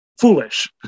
foolish